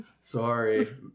Sorry